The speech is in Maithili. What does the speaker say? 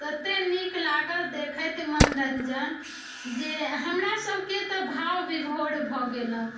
ततेक नीक लागल देखैत मनोरञ्जन जे हमरा सबके तऽ भाव विभोर भऽ गेलहुँ